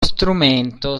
strumento